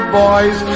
boys